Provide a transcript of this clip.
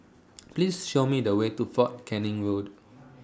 Please Show Me The Way to Fort Canning Road